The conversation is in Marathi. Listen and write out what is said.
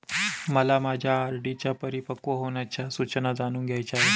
मला माझ्या आर.डी च्या परिपक्व होण्याच्या सूचना जाणून घ्यायच्या आहेत